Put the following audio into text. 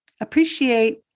appreciate